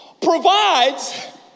provides